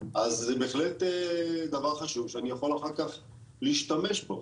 אז זה בהחלט דבר חשוב שאני יכול אחר כך להשתמש בו.